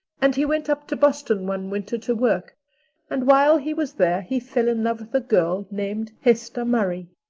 and he went up to boston one winter to work and while he was there he fell in love with a girl named hester murray.